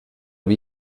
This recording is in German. wie